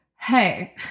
hey